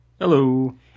Hello